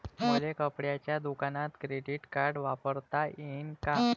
मले कपड्याच्या दुकानात क्रेडिट कार्ड वापरता येईन का?